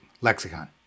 lexicon